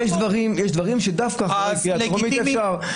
אבל יש דברים שדווקא אחרי הקריאה הטרומית אפשר.